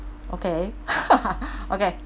okay okay